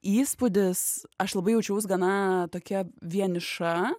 įspūdis aš labai jaučiaus gana tokia vieniša